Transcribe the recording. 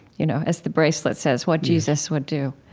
you know as the bracelet says, what jesus would do.